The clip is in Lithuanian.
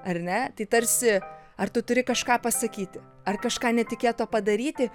ar ne tai tarsi ar tu turi kažką pasakyti ar kažką netikėto padaryti